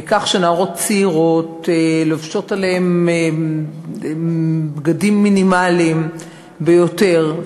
מכך שנערות צעירות לובשות עליהן בגדים מינימליים ביותר,